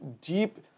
deep